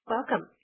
Welcome